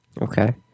Okay